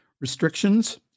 restrictions